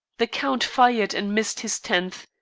the count fired and missed his tenth.